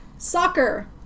Soccer